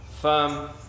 firm